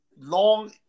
long